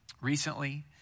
recently